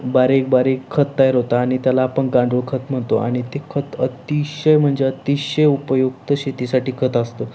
बारीक बारीक खत तयार होतं आणि त्याला आपण गांडूळ खत म्हणतो आणि ते खत अतिशय म्हणजे अतिशय उपयुक्त शेतीसाठी खत असतो